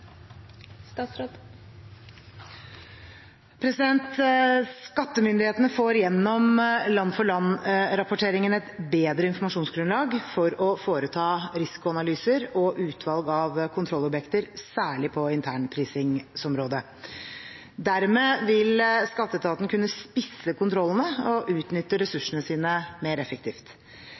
år. Skattemyndighetene får gjennom land-for-land-rapporteringen et bedre informasjonsgrunnlag for å foreta risikoanalyser og utvalg av kontrollobjekter, særlig på internprisingsområdet. Dermed vil skatteetaten kunne spisse kontrollene og utnytte ressursene sine mer effektivt.